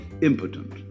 impotent